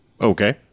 Okay